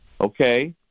okay